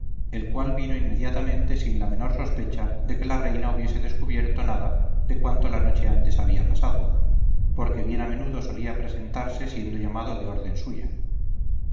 el cual vino inmediatamente sin la menor sospecha de que la reina hubiese descubierto nada de cuanto la noche antes había pasado porque bien a menudo solía presentarse siendo llamado de orden suya